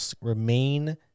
remain